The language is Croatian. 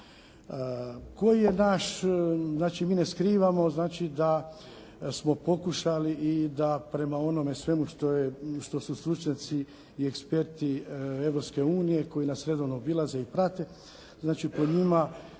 Koji je naš, znači mi ne skrivamo znači da smo pokušali i da prema onome svemu što je, što su stručnjaci i eksperti Europske unije koji nas redovno obilaze i prate znači po njima